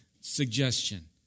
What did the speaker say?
suggestion